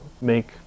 make